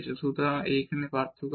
সুতরাং এই পার্থক্য আবার